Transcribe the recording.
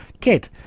kid